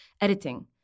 editing